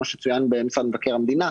כמו שצוין בדוח מבקר המדינה.